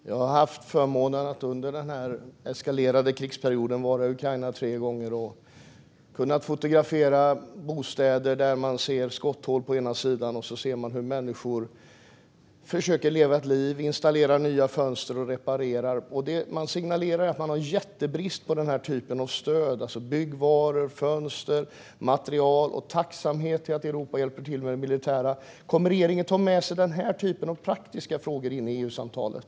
Herr talman! Jag har haft förmånen att under den här eskalerande krigsperioden få vara i Ukraina tre gånger och kunna fotografera bostäder där man ser skotthål på ena sidan samtidigt som man ser hur människor försöker leva ett liv, installera nya fönster och reparera. Man signalerar att man har jättestor brist på denna typ av stöd: byggvaror, fönster och material. Det finns en tacksamhet över att Europa hjälper till med det militära. Kommer regeringen att ta med sig denna typ av praktiska frågor in i EU-samtalet?